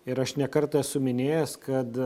ir aš ne kartą esu minėjęs kad